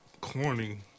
corny